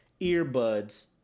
earbuds